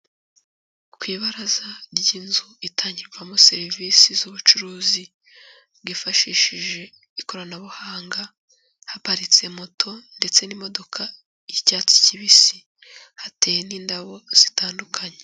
Ku ibaraza ry'inzu itangirwamo serivisi z'ubucuruzi bwifashishije ikoranabuhanga, haparitse moto ndetse n'imodoka y'icyatsi kibisi. Hateye n'indabo zitandukanye.